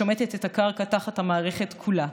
שומט את הקרקע תחת המערכת כולה.